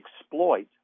exploit